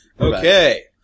Okay